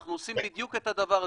אנחנו עושים בדיוק את הדבר הזה,